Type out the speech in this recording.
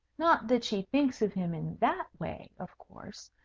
not that she thinks of him in that way, of course.